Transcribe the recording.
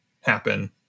happen